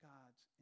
God's